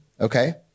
okay